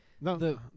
no